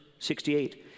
68